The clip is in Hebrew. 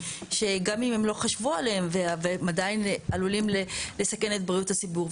שגם אם לא חשבו עליהם והם עדיין עלולים לסכן את בריאות הציבור.